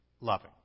loving